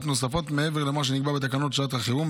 נוספות מעבר למה שנקבע בתקנות שעת החירום,